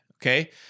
Okay